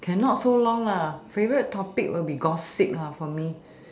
cannot so long lah favourite topic will be gossip lah for me